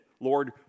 Lord